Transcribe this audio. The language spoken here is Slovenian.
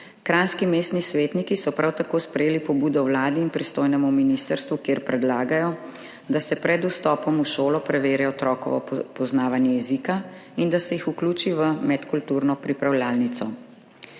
Kranjski mestni svetniki so prav tako sprejeli pobudo vladi in pristojnemu ministrstvu, kjer predlagajo, da se pred vstopom v šolo preveri otrokovo poznavanje jezika in da se jih vključi v medkulturno pripravljalnico.